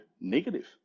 negative